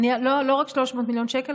לא רק 300 מיליון שקל.